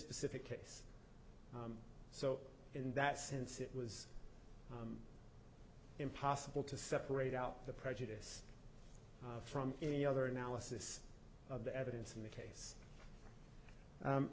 specific case so in that sense it was impossible to separate out the prejudice from any other analysis of the evidence in the case